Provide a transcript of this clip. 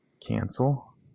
Cancel